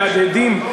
מהדהדים.